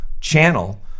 channel